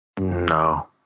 No